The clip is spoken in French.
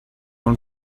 dans